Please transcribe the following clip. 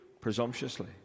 presumptuously